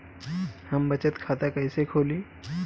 हम बचत खाता कईसे खोली?